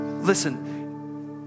Listen